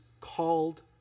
called